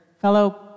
fellow